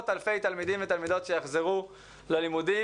אלפי תלמידים ותלמידים שיחזרו ללימודים.